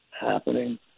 happening